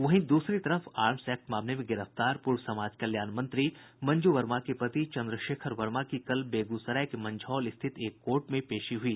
वहीं दूसरी तरफ आर्म्स एक्ट मामले में गिरफ्तार पूर्व समाज कल्याण मंत्री मंजू वर्मा के पति चन्द्रशेखर वर्मा की कल बेगूसराय के मंझौल स्थित एक कोर्ट में पेशी हुई